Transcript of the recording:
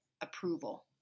approval